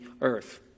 earth